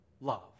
love